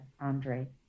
Andre